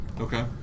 okay